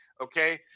Okay